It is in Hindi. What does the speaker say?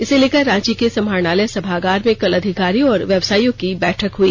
इसे लेकर रांची के समहारणालय सभागार में कल अधिकारियों और व्यवसायीयों की बैठक हुई